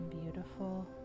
beautiful